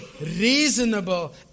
reasonable